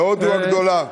בהודו הגדולה.